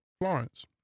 Florence